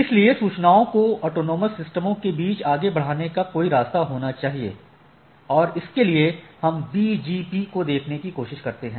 इसलिए सूचनाओं को ऑटॉनमस सिस्टमों के बीच आगे बढ़ाने का कोई रास्ता होना चाहिए और इसके लिए हम BGP को देखने की कोशिश करते हैं